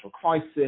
crisis